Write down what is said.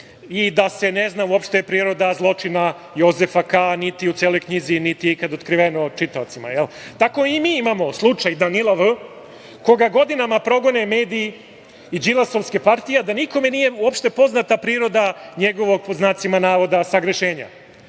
i da se ne zna uopšte priroda zločina Jozefa Ka, niti u celoj knjizi, niti je ikad otkriveno čitaocima. Tako i mi imamo slučaj Danila V. koga godinama progone mediji i đilasovske partije, a da nikome nije uopšte poznata priroda njegovog, pod znacima navoda, sagrešenja.